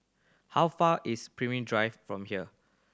how far is Pemimpin Drive from here